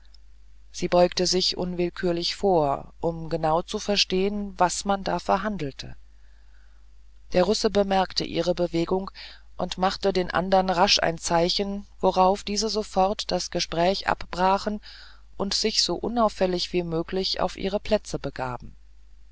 sie beugte sich unwillkürlich vor um genau zu verstehen was man da verhandelte der russe bemerkte ihre bewegung und machte den andern rasch ein zeichen worauf diese sofort das gespräch abbrachen und sich so unauffällig wie möglich auf ihre plätze begaben